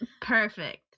Perfect